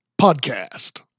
podcast